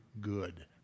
good